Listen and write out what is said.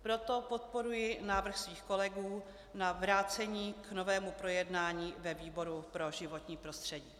Proto podporuji návrh svých kolegů na vrácení k novému projednání ve výboru pro životní prostředí.